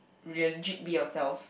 legit be yourself